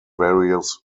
various